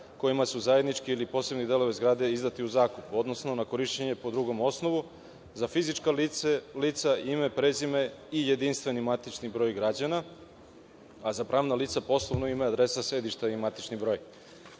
kojima su zajednički ili posebni delovi zgrade izdata u zakup, odnosno na korišćenje po drugom osnovu, za fizička lica ime, prezime i jedinstveni matični broj građana, a za pravna lica poslovno ime i adresa sedišta i matični